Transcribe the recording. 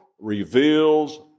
reveals